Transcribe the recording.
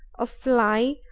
a fly,